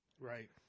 right